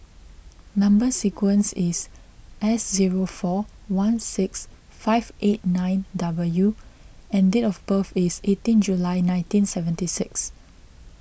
Number Sequence is S zero four one six five eight nine W and date of birth is eighteen July nineteen seventy six